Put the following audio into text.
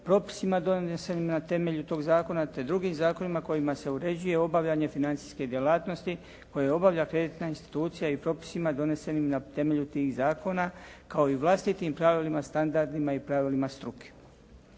propisima donesenim na temelju tog zakona te drugim zakonima kojima se uređuje obavljanje financijske djelatnosti koje obavlja kreditna institucija i propisima donesenim na temelju tih zakona kao i vlastitim pravilima, standardima i pravilima struke.